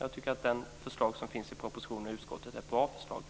Utskottets och propositionens förslag tycker jag är bra förslag.